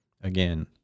again